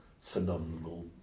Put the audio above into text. phenomenal